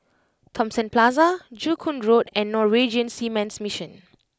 Thomson Plaza Joo Koon Road and Norwegian Seamen's Mission